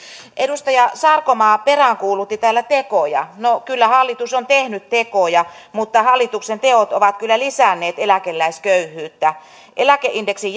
edustaja sarkomaa peräänkuulutti täällä tekoja no kyllä hallitus on tehnyt tekoja mutta hallituksen teot ovat kyllä lisänneet eläkeläisköyhyyttä eläkeindeksin